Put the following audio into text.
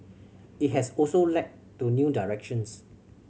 it has also led to new directions